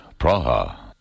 Praha